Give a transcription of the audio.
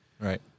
Right